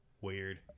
weird